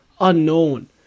unknown